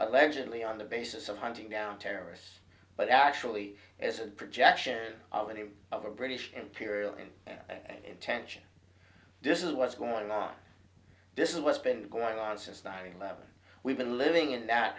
allegedly on the basis of hunting down terrorists but actually it's a projection of any of our british imperial in intention this is what's going on this is what's been going on since nine eleven we've been living in that